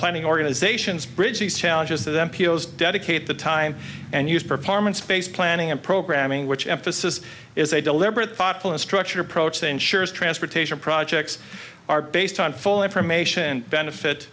planning organizations bridge these challenges them peels dedicate the time and used performance space planning and programming which emphasis is a deliberate thoughtful and structured approach that ensures transportation projects are based on full information benefit